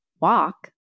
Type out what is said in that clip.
walk